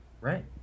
right